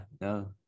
No